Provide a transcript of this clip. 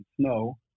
snow